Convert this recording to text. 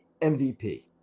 MVP